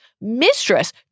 mistress